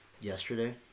Yesterday